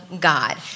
God